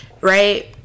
Right